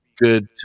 good